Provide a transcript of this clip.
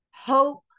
hope